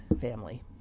family